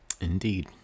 Indeed